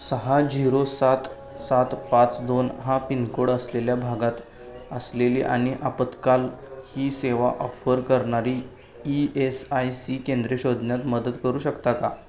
सहा झिरो सात सात पाच दोन हा पिनकोड असलेल्या भागात असलेली आणि आपत्काल ही सेवा ऑफर करणारी ई एस आय सी केंद्रे शोधण्यात मदत करू शकता का